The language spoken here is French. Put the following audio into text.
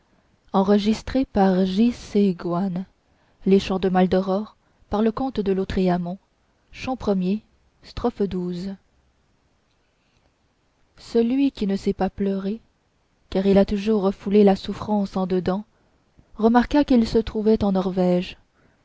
celui qui ne sait pas pleurer car il a toujours refoulé la souffrance en dedans remarqua qu'il se trouvait en norwège